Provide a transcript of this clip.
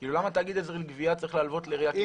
כאילו למה תאגיד עזר לגבייה צריך להלוות לעירייה?